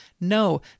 no